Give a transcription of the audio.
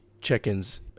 check-ins